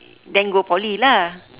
then go poly lah